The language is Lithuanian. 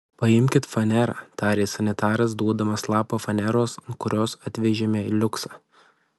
paimkit fanerą tarė sanitaras duodamas lapą faneros ant kurios atvežėme liuksą